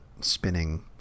spinning